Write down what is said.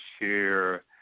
share